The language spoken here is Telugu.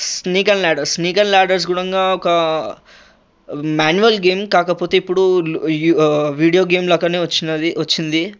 snake and ladders snake and ladders కూడా ఇంకా ఒక మ్యానువల్ గేమ్ కాకపోతే ఇప్పుడు వీడియో గేమ్ లాగానే వచ్చినది వచ్చింది